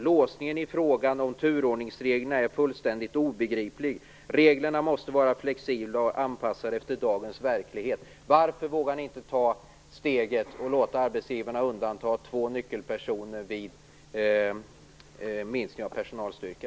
Låsningen i frågan om turordningsreglerna är fullständigt obegriplig. Reglerna måste vara flexibla och anpassade efter dagens verklighet. Varför vågar ni inte ta steget och låta arbetsgivarna undanta två nyckelpersoner vid minskning av personalstyrka?